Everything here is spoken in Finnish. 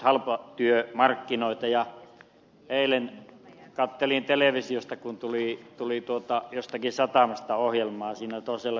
eilen katselin televisiosta toisella silmällä kun tuli jostakin satamasta ohjelmaa siinä toisella